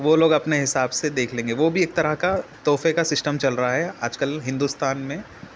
وہ لوگ اپنے حساب سے دیکھ لیں گے وہ بھی ایک طرح کا تحفے کا سسٹم چل رہا ہے آج کل ہندوستان میں